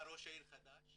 בא ראש עיר חדש,